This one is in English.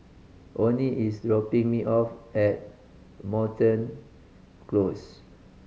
Onnie is dropping me off at Moreton Close